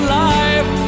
life